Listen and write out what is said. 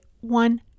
one